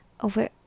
Over